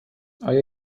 آیا